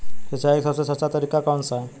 सिंचाई का सबसे सस्ता तरीका कौन सा है?